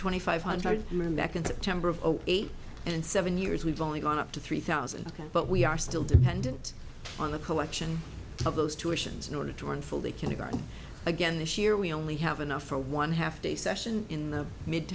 twenty five hundred men back in september of zero eight and seven years we've only gone up to three thousand but we are still dependent on collection of those tuitions in order to one full day kindergarten again this year we only have enough for one half day session in the mid